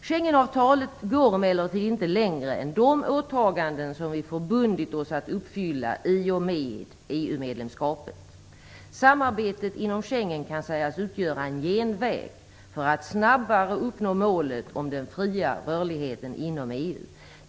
Schengenavtalet går emellertid inte längre än de åtaganden som vi förbundit oss att uppfylla i och med EU-medlemskapet. Samarbetet inom Schengen kan sägas utgöra en genväg för att snabbare uppnå målet om den fria rörligheten inom EU.